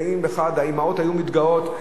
האמהות היו מתגאות,